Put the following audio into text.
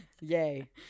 Yay